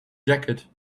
jacket